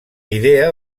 idea